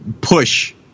push